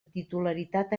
titularitat